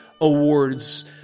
awards